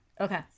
okay